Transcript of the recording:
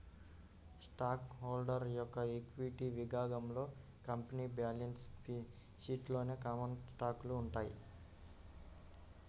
stock holder యొక్క equity విభాగంలో company balance షీట్లోని కామన్ స్టాకులు ఉంటాయి